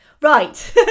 Right